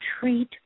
treat